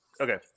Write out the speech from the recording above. Okay